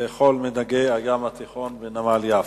לאכול מדגי הים התיכון ונמל יפו.